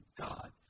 God